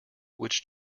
which